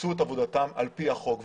וביצעו את עבודתם על פי החוק.